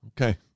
Okay